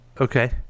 Okay